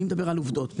ואני מדבר על עובדות.